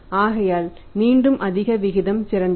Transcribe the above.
ஆகையால் மீண்டும் அதிக விகிதம் சிறந்தது